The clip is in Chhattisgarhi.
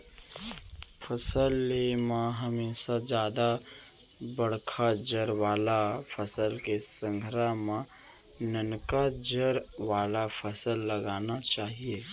फसल ले म हमेसा जादा बड़का जर वाला फसल के संघरा म ननका जर वाला फसल लगाना चाही